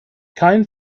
kein